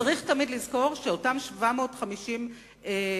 צריך תמיד לזכור שאותם 750 מיליון